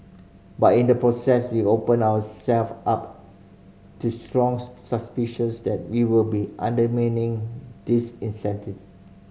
but in the process we opened ourselves up to strong suspicions that we were undermining these